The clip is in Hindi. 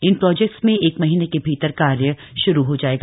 इन प्रोजेक्ट्स में एक महीने के भीतर कार्य श्रू हो जाएगा